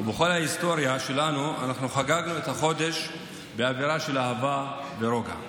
בכל ההיסטוריה שלנו אנחנו חגגנו את החודש באווירה של אהבה ורוגע.